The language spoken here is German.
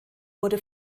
wurde